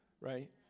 right